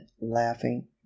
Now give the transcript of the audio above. laughing